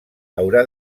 haurà